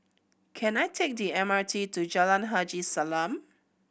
can I take the M R T to Jalan Haji Salam